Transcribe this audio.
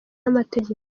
n’amategeko